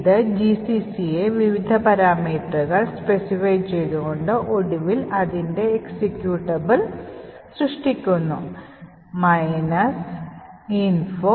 ഇത് gccയെ വിവിധ പാരാമീറ്ററുകൾ സ്പെസിഫൈ ചെയ്തുകൊണ്ട് ഒടുവിൽ അതിൻറെ എക്സിക്യൂട്ടബിൾ നേടാനാകും